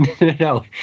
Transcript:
No